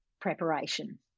preparation